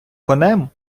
конем